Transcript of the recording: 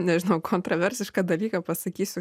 nežinau kontroversišką dalyką pasakysiu